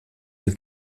del